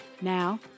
Now